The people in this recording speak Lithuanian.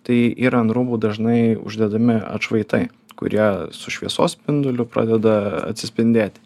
tai yra ant rūbų dažnai uždedami atšvaitai kurie su šviesos spinduliu pradeda atsispindėti